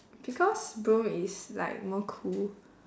because broom is like more cool